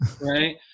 right